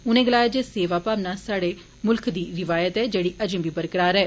उनें गलाया जे सेवा भावना साहडे मुल्ख दी रिवायत ऐ जेड़ी अजें बी बरकरार ऐ